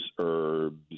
herbs